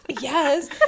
Yes